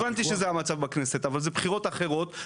הבנתי שזה המצב בכנסת, אבל זה בחירות אחרות.